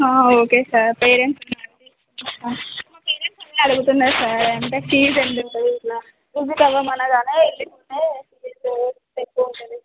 okay sir parents ఉన్నారు మా parents అదే అడుగుతున్నారు సార్ అంటే ఫీజ్ ఎందుకు ఇట్లా విజిట్ అవ్వమనగానే వెళ్ళిపోతే ఫీజు ఎక్కువుంటుంది